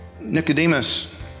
Nicodemus